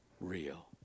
real